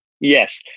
Yes